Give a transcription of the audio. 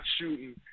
shooting